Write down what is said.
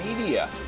media